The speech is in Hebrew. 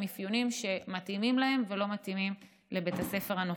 אפיונים שמתאימים להם ולא מתאימים לבית הספר הנוכחי.